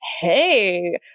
Hey